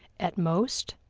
at most,